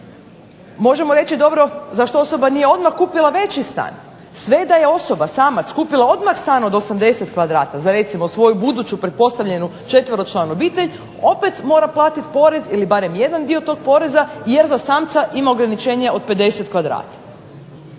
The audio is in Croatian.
Možemo reći dobro zašto osoba nije kupila veći stan. Sve da je osoba, samac kupila odmah stan od 80 kvadrata za svoju buduću pretpostavljenu četveročlanu obitelj, opet mora platiti porez ili jedan dio tog poreza, jer za samca ima ograničenje od 50 kvadrata.